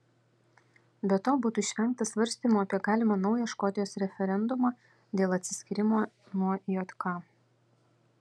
be to būtų išvengta svarstymų apie galimą naują škotijos referendumą dėl atsiskyrimo nuo jk